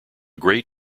great